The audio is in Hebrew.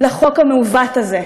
לחוק המעוות הזה.